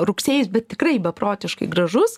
rugsėjis bet tikrai beprotiškai gražus